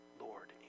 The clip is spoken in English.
Lord